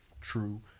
True